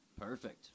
Perfect